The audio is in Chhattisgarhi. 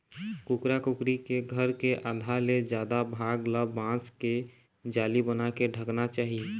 कुकरा कुकरी के घर के आधा ले जादा भाग ल बांस के जाली बनाके ढंकना चाही